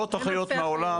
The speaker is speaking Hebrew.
מאות אחיות מהעולם.